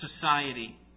society